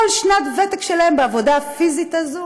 כל שנת ותק שלהן בעבודה הפיזית הזאת